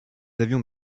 avions